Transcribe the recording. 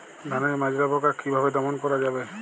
ধানের মাজরা পোকা কি ভাবে দমন করা যাবে?